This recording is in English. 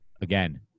again